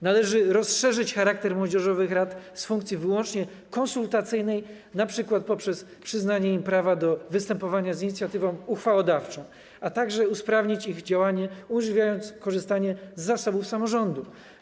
Należy rozszerzyć charakter młodzieżowych rad - o funkcji wyłącznie konsultacyjnej - np. poprzez przyznanie im prawa do występowania z inicjatywą uchwałodawczą, a także usprawnić ich działanie, umożliwiając korzystanie z zasobów samorządów.